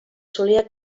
solia